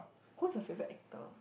whose your favorite actor